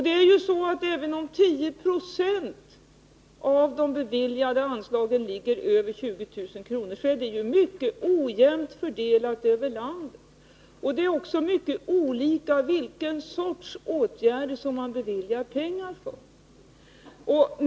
Det är sant att 10 26 av de beviljade anslagen går över den gränsen. Men de är mycket ojämnt fördelade över landet. Det är också mycket olika vilket slags åtgärder man beviljar pengar för.